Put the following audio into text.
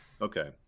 Okay